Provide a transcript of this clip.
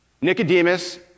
Nicodemus